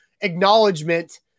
acknowledgement